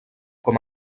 com